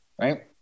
right